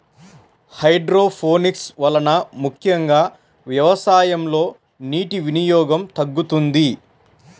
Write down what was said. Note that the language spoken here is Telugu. హైడ్రోపోనిక్స్ వలన ముఖ్యంగా వ్యవసాయంలో నీటి వినియోగం తగ్గుతుంది